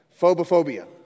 Phobophobia